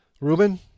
Reuben